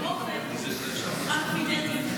על מה דיברתי?